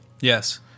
Yes